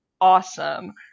awesome